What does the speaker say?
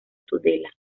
tudela